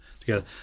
together